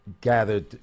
gathered